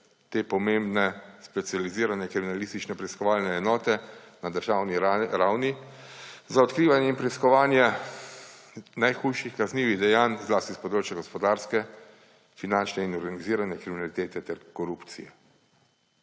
te pomembne specializirane kriminalistične preiskovalne enote na državni ravni za odkrivanje in preiskovanje najhujših kaznivih dejanj, zlasti s področja gospodarske, finančne in organizirane kriminalitete ter korupcije.